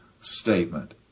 statement